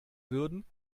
würden